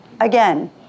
Again